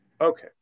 Okay